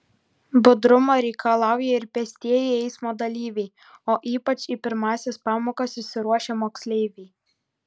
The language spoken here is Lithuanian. budrumo reikalauja ir pėstieji eismo dalyviai o ypač į pirmąsias pamokas išsiruošę moksleiviai